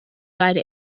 side